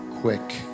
Quick